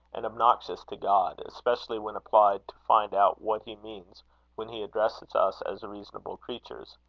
and obnoxious to god, especially when applied to find out what he means when he addresses us as reasonable creatures.